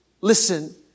listen